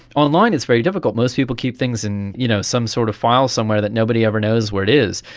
online it's very difficult, most people keep things in you know some sort of file somewhere that nobody ever knows where it is.